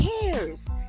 cares